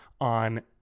on